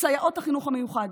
סייעות החינוך המיוחד,